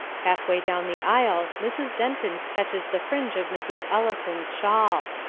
half-way down the aisle mrs. denton catches the fringe of mrs. ellison's shawl.